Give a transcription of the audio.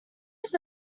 his